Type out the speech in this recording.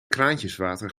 kraantjeswater